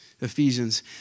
Ephesians